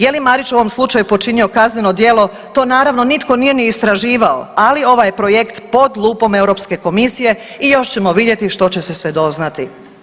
Je li Marić u ovom slučaju počinio kazneno djelo, to naravno nitko nije ni istraživao, ali ovaj je projekt pod lupom Europske komisije i još ćemo vidjeti što će se sve doznati.